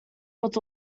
was